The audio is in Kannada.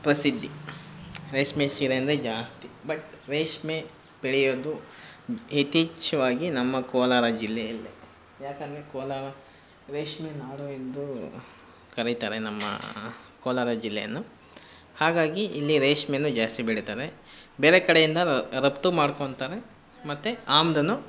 ಪ್ರಸಿದ್ದಿ ರೇಷ್ಮೆ ಸೀರೆ ಅಂದರೆ ಜಾಸ್ತಿ ಬಟ್ ರೇಷ್ಮೆ ಬೆಳೆಯೋದು ಯಥೇಚ್ಛವಾಗಿ ನಮ್ಮ ಕೋಲಾರ ಜಿಲ್ಲೆಯಲ್ಲೇ ಯಾಕಂದರೆ ಕೋಲಾರ ರೇಷ್ಮೆ ನಾಡು ಎಂದು ಕರೀತಾರೆ ನಮ್ಮ ಕೋಲಾರ ಜಿಲ್ಲೆಯನ್ನು ಹಾಗಾಗಿ ಇಲ್ಲಿ ರೇಷ್ಮೆಯನ್ನು ಜಾಸ್ತಿ ಬೆಳೀತಾರೆ ಬೇರೆ ಕಡೆಯಿಂದ ರಫ್ತು ಮಾಡ್ಕೊತಾರೆ ಮತ್ತು ಆಮದನ್ನು